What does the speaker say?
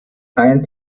ein